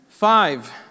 Five